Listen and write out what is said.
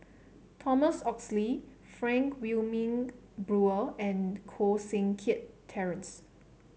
Thomas Oxley Frank Wilmin Brewer and Koh Seng Kiat Terence